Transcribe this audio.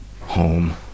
home